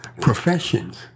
professions